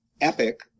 epic